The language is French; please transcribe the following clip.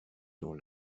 dans